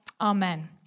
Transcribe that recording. Amen